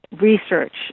research